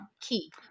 key